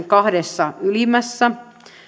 kahdessa ylimmässä